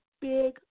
big